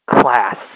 class